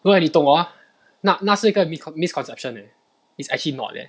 no leh 你懂啊那那是一个 mis~ misconception leh is actually not leh